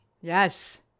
Yes